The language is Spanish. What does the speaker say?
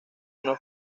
una